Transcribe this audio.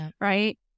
right